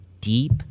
deep